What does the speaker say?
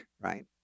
right